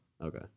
Okay